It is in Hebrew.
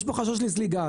יש פה חשש לזליגה,